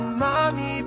mommy